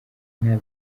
nta